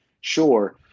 Sure